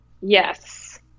yes